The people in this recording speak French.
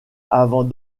avant